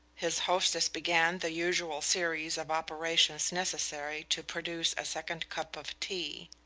his hostess began the usual series of operations necessary to produce a second cup of tea.